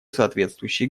соответствующей